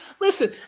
listen